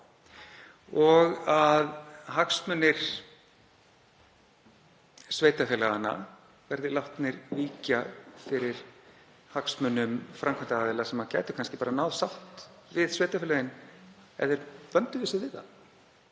og að hagsmunir sveitarfélaganna verði látnir víkja fyrir hagsmunum framkvæmdaraðila sem gætu kannski náð sátt við sveitarfélögin ef þeir vönduðu sig við það.